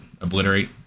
Obliterate